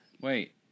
Wait